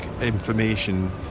information